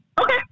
Okay